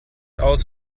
aus